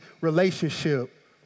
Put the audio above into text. relationship